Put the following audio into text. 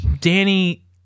Danny